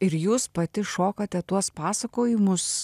ir jūs pati šokate tuos pasakojimus